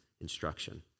instruction